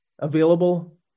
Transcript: available